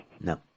No